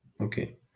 Okay